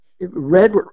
Red